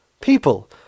People